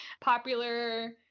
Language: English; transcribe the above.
popular